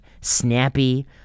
snappy